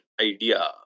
idea